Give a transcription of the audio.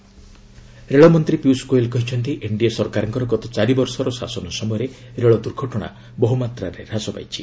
Goyal railway ରେଳମନ୍ତ୍ରୀ ପିୟୁଷ ଗୋଏଲ କହିଛନ୍ତି NDA ସରକାରଙ୍କର ଗତ ଚାରିବର୍ଷର ଶାସନ ସମୟରେ ରେଳ ଦୁର୍ଘଟଣା ବହୁ ମାତ୍ରାରେ ହ୍ରାସ ପାଇଛି